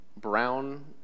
brown